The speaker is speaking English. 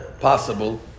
possible